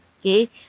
okay